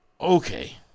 okay